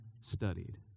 studied